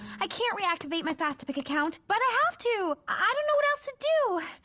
i can't reactivate my fastapic account! but i have to. i don't know what else to do.